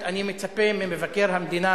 תפאדל,